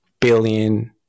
billion